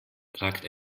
ragt